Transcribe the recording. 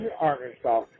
Arkansas